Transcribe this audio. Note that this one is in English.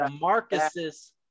Marcus's